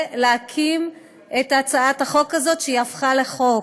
להקים את הצעת החוק הזאת שהפכה לחוק.